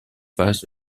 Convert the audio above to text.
phase